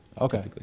Okay